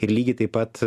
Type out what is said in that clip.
ir lygiai taip pat